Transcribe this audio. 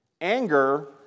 Anger